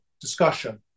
discussion